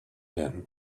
him